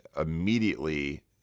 immediately